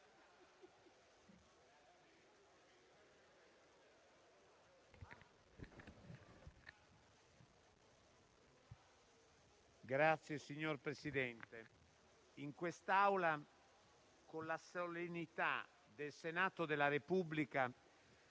UV))*. Signor Presidente, in quest'Aula, con la solennità del Senato della Repubblica,